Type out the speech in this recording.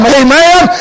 amen